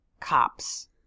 cops